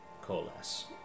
coalesce